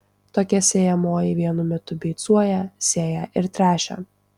tokia sėjamoji vienu metu beicuoja sėja ir tręšia